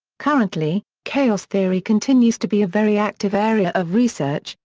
currently, chaos theory continues to be a very active area of research,